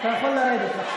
מי מחברי הכנסת מבקש